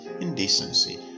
indecency